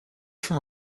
from